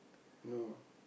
no